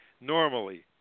normally